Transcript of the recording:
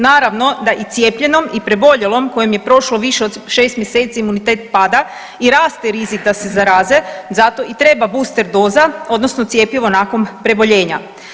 Naravno da i cijepljenom i preboljelom kojem je prošlo više od 6 mjeseci imunitet pada i raste rizik da se zaraze zato i treba booster doza odnosno cjepivo nakon preboljenja.